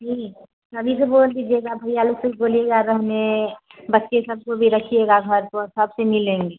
ठीक सभी से बोल दीजिएगा भैया लोग से भी बोलिएगा रहने बच्चे सबको भी रखिएगा घर पर सबसे मिलेंगे